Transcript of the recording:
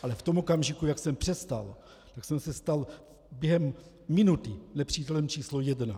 Ale v tom okamžiku, jak jsem přestal, tak jsem se stal během minuty nepřítelem číslo jedna.